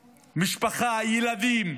משפחה, ילדים,